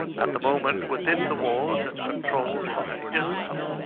at the moment within the walls, it's controlled by islam.